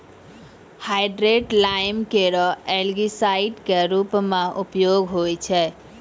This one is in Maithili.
हाइड्रेटेड लाइम केरो एलगीसाइड क रूप म उपयोग होय छै